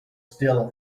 still